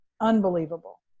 unbelievable